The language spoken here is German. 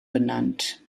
benannt